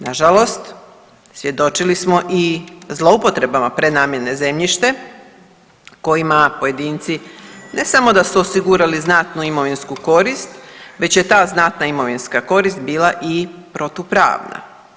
Nažalost, svjedočili smo i zloupotrebama prenamjene zemljište kojima pojedinci ne samo da su osigurali znatnu imovinsku korist već je ta znatna imovinska korist bila i protupravna.